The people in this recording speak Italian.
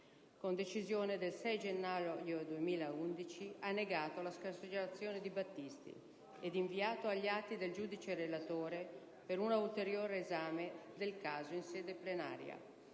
con decisione del 6 gennaio 2011 ha negato la scarcerazione di Battisti e inviato gli atti al giudice relatore per un ulteriore esame del caso in sede plenaria;